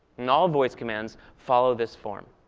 and all voice commands follow this form.